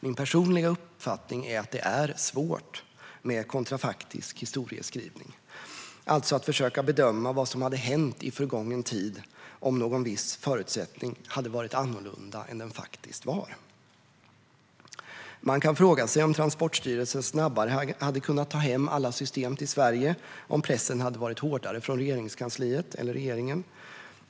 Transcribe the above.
Min personliga uppfattning är att det är svårt med kontrafaktisk historieskrivning, alltså att försöka att bedöma vad som hade hänt i förgången tid om någon viss förutsättning hade varit annorlunda än den faktiskt var. Man kan fråga sig om Transportstyrelsen snabbare hade kunnat ta hem alla system till Sverige om pressen hade varit hårdare från Regeringskansliet eller regeringen.